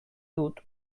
dut